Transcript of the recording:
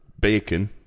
Bacon